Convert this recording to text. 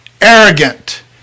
arrogant